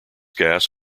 gas